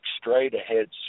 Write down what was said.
straight-ahead